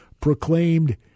proclaimed